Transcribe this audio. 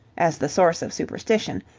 as the source of superstition,